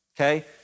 okay